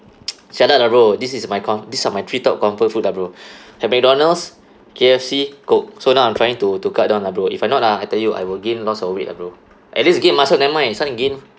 jialat lah bro this is my com~ these are my three top comfort food lah bro at mcdonald's K_F_C coke so now I'm trying to to cut down lah bro if I'm not ah I tell you I will gain lots of weight lah bro at least gain muscle never mind this one gain